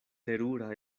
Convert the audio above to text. terura